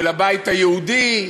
של הבית היהודי,